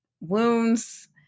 wounds